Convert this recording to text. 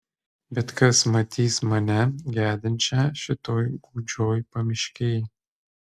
bet kas matys mane gedinčią šitoj gūdžioj pamiškėj